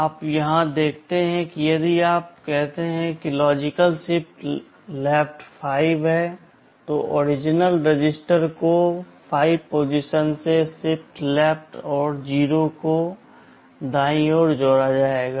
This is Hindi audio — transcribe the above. आप यहां देखते हैं कि यदि आप कहते हैं कि लॉजिकल शिफ्ट लेफ्ट 5 है तो ओरिजिनल रजिस्टर को 5 पोजिशन से शिफ्ट लेफ्ट और 0 को दाईं ओर जोड़ा जाएगा